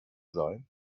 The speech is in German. sein